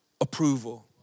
approval